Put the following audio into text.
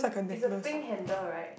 it's a pink handle right